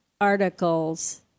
articles